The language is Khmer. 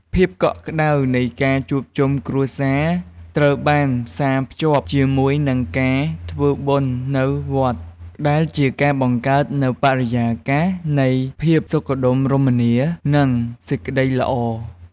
ភាពកក់ក្តៅនៃការជួបជុំគ្រួសារត្រូវបានផ្សារភ្ជាប់ជាមួយនឹងការធ្វើបុណ្យនៅវត្ត ដែលជាការបង្កើតនូវបរិយាកាសនៃភាពសុខដុមរមនា និងសេចក្តីល្អ។